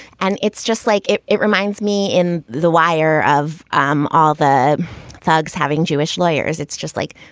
and it's just like it it reminds me in the wire of um all the thugs having jewish layers. it's just like,